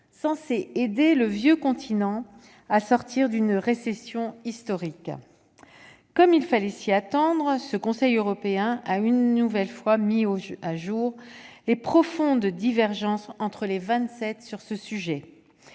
censé aider le vieux continent à sortir d'une récession historique. Comme il fallait s'y attendre, ce Conseil européen a une nouvelle fois mis au jour les profondes divergences entre les Vingt-Sept sur ce sujet.